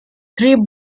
three